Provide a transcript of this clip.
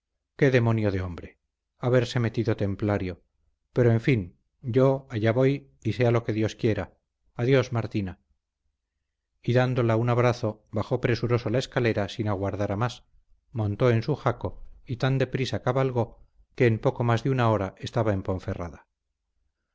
qué demonio de hombre haberse metido templario pero en fin yo allá voy y sea lo que dios quiera adiós martina y dándola un abrazo bajó presuroso la escalera sin aguardar a más montó en su jaco y tan deprisa cabalgó que en poco más de una hora estaba en ponferrada